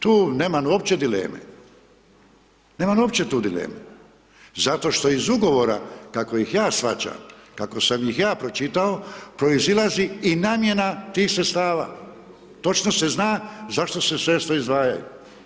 Tu nemam uopće dileme, nemam opće tu dileme, zato što iz ugovora, kako ih ja shvaćam, kako sam ih ja pročitao, proizilazi i namjena tih sredstava, točno se zna zašto se sredstva izdvajaju.